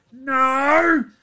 No